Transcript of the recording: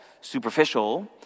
superficial